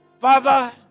Father